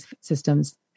systems